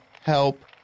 help